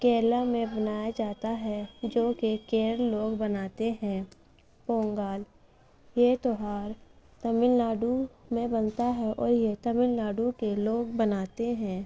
کیرلا میں منایا جاتا ہے جو کہ کیرل لوگ مناتے ہیں پونگال یہ تہوار تمل ناڈو میں منتا ہے اور یہ تمل ناڈو کے لوگ مناتے ہیں